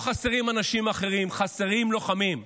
לא חסרים אנשים אחרים, חסרים לוחמים.